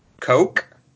Coke